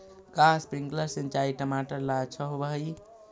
का स्प्रिंकलर सिंचाई टमाटर ला अच्छा होव हई?